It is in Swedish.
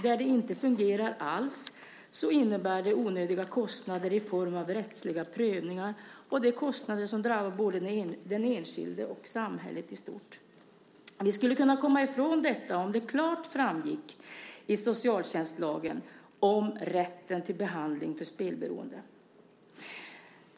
Där det inte fungerar alls innebär det onödiga kostnader i form av rättsliga prövningar. Det är kostnader som drabbar både den enskilde och samhället i stort. Vi skulle kunna komma ifrån detta om rätten till behandling för spelberoende klart framgick i socialtjänstlagen.